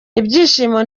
ibyishimo